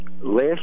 Last